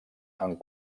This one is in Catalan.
amb